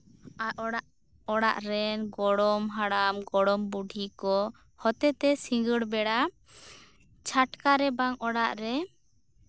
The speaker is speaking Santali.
ᱟᱜ ᱚᱲᱟᱜ ᱚᱲᱟᱜ ᱨᱮᱱ ᱜᱚᱲᱚᱢ ᱦᱟᱲᱟᱢ ᱜᱚᱲᱚᱢ ᱵᱩᱰᱷᱤ ᱠᱚ ᱦᱚᱛᱮ ᱛᱮ ᱥᱤᱸᱜᱟᱹᱲ ᱵᱮᱲᱟ ᱪᱷᱟᱴᱠᱟ ᱨᱮ ᱵᱟᱝ ᱚᱲᱟᱜ ᱨᱮ